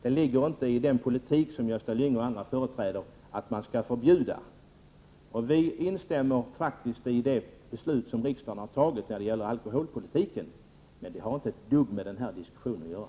Det ligger däremot inte i den politik som Gösta Lyngå och andra företräder, nämligen att man skall förbjuda. Vi instämmer i det beslut som riksdagen har fattat när det gäller alkoholpolitiken, men det har inte ett dugg med den här diskussionen att göra.